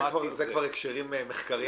זה כבר הקשרים מחקריים.